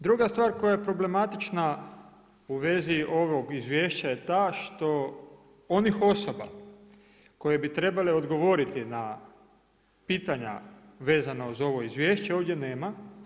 Druga stvar koja je problematična u vezi ovog izvješća je ta što onih osoba koje bi trebale odgovoriti na pitanja vezana uz ovo izvješće ovdje nema.